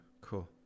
cool